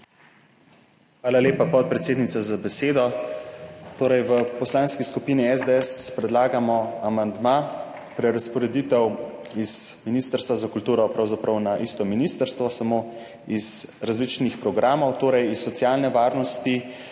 Hvala lepa, podpredsednica za besedo. V Poslanski skupini SDS predlagamo amandma prerazporeditev iz Ministrstva za kulturo pravzaprav na isto ministrstvo, samo iz različnih programov, torej iz socialne varnosti